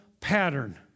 Pattern